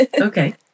Okay